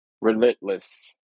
relentless